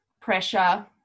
pressure